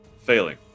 Failing